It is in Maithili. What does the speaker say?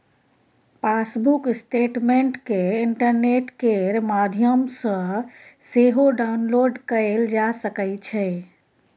पासबुक स्टेटमेंट केँ इंटरनेट केर माध्यमसँ सेहो डाउनलोड कएल जा सकै छै